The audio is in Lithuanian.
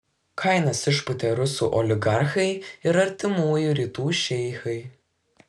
kainas išpūtė rusų oligarchai ir artimųjų rytų šeichai